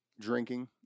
drinking